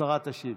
השרה תשיב.